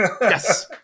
Yes